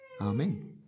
Amen